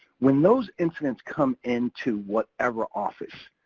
when those incidents come into whatever office,